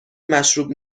مشروب